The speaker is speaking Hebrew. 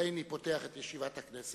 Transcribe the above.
הריני פותח את ישיבת הכנסת